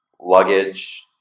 Luggage